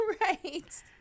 Right